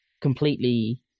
completely